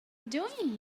doing